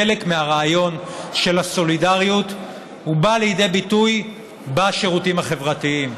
חלק מהרעיון של הסולידריות בא לידי ביטוי בשירותים החברתיים.